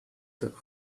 the